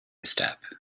step